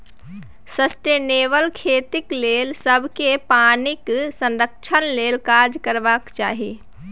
sustainable खेतीक लेल सबकेँ पानिक संरक्षण लेल काज करबाक चाही